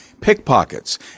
pickpockets